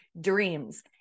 dreams